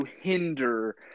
hinder